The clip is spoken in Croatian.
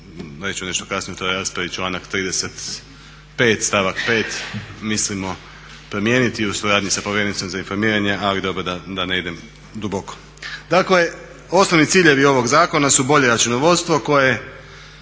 ću nešto kasnije u toj raspravi članak 35. stavak 5. mislimo promijeniti u suradnji sa povjerenicom za informiranjem. Ali dobro da ne idem duboko. Dakle, osnovni ciljevi ovog zakona su bolje računovodstvo koje